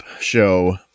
show